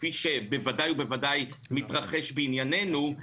כפי שבוודאי ובוודאי מתרחש בענייננו,